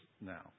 now